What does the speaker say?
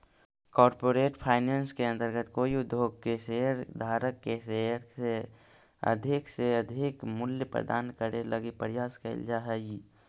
corporate finance के अंतर्गत कोई उद्योग के शेयर धारक के शेयर के अधिक से अधिक मूल्य प्रदान करे लगी प्रयास कैल जा हइ